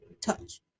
touch